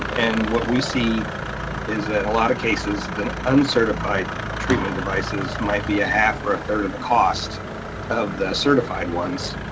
and what we see is that a lot of cases, the uncertified treatment devices might be a half or a third of the cost of the certified ones,